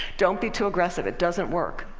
don't be too aggressive, it doesn't work.